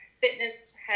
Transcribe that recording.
fitness